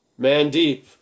Mandeep